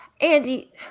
Andy